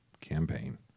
campaign